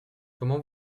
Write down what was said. comment